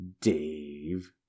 Dave